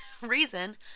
reason